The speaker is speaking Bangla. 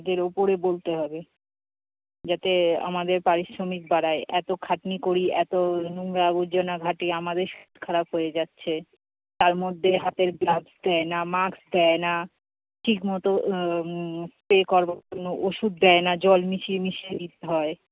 এদের উপরে বলতে হবে যাতে আমাদের পারিশ্রমিক বাড়ায় এতো খাটনি করি এতো নোংরা আবর্জনা ঘাঁটি আমাদের খারাপ হয়ে যাচ্ছে তার মধ্যে হাতের গ্লাভস দেয় না মাস্ক দেয় না ঠিক মতো স্প্রে করবার জন্য ওষুধ দেয় না জল মিশিয়ে মিশিয়ে দিতে হয়